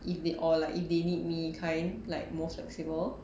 if they all like if they need me kind like most flexible